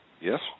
Yes